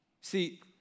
See